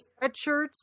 sweatshirts